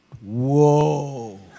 Whoa